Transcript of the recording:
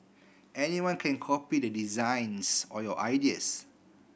anyone can copy the designs or your ideas